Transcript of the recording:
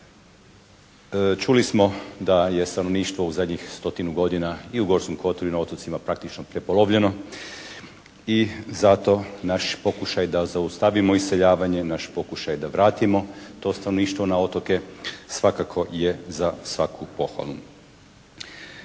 Čuli smo da je stanovništvo u zadnjih stotinu godina i u Gorskom kotaru i na otocima praktično prepolovljeno i zato naš pokušaj da zaustavimo iseljavanje, naš pokušaj da vratimo to stanovništvo na otoke svakako je za svaku pohvalu.